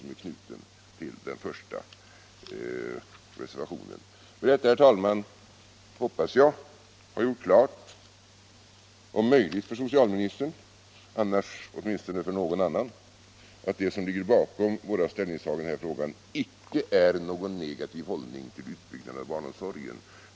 Med detta, herr talman, hoppas jag ha gjort klart -— om möjligt för socialministern, annars åtminstone för någon annan — att det som ligger bakom vårt ställningstagande i den här frågan icke är någon negativ hållning till utbyggnad av barnomsorgen.